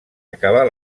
acabar